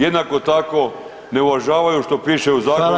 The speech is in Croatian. Jednako tako ne uvažavaju što piše u zakonu